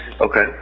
okay